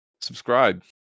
Subscribe